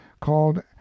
called